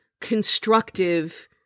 constructive